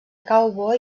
cowboy